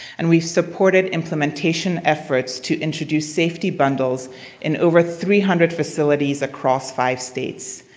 and we supported implementation efforts to introduce safety bundles in over three hundred facilities across five states.